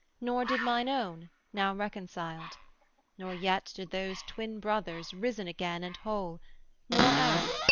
nor did mine own, now reconciled nor yet did those twin-brothers, risen again and whole nor arac,